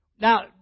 Now